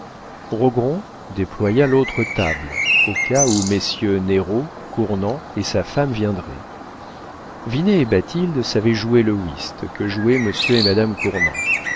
rogron déploya l'autre table au cas où messieurs néraud cournant et sa femme viendraient vinet et bathilde savaient jouer le whist que jouaient monsieur et madame